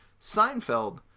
Seinfeld